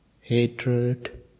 hatred